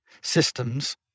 systems